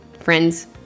Friends